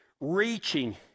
reaching